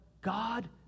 God